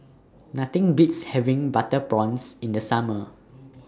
Nothing Beats having Butter Prawns in The Summer